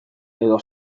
edo